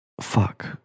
fuck